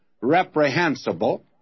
reprehensible